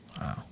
Wow